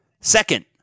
Second